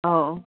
ꯑꯧ ꯑꯧ